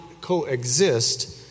coexist